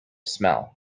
smell